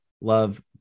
love